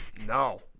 No